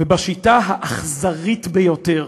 ובשיטה האכזרית ביותר,